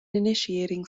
initiating